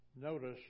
notice